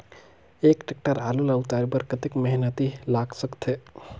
एक टेक्टर आलू ल उतारे बर कतेक मेहनती लाग सकथे?